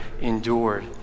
endured